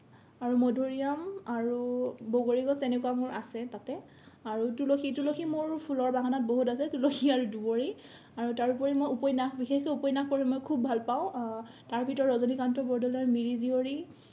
আৰু মধুৰী আম আৰু বগৰী গছ তেনেকুৱা মোৰ আছে তাতে আৰু তুলসী তুলসী মোৰ মোৰ ফুলৰ বাগানত বহুত আছে তুলসী আৰু দুবৰি আৰু তাৰোপৰি মই উপন্যাস বিশেষকে উপন্যাস পঢ়ি মই খুব ভাল পাওঁ তাৰ ভিতৰত ৰজনীকান্ত বৰদলৈৰ মিৰি জীয়ৰী